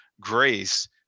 Grace